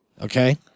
okay